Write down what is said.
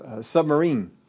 submarine